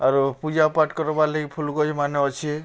ଆରୁ ପୂଜାପାଠ୍ କରବାର୍ ଲାଗି ଫୁଲ୍ଗଛ୍ ମାନେ ଅଛେ